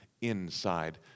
inside